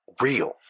real